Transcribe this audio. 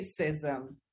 Racism